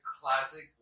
Classic